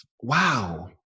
Wow